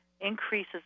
increases